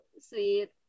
sweet